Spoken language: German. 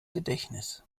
gedächtnis